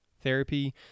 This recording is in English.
therapy